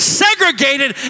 segregated